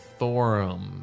Thorum